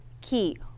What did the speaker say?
key